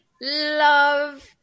love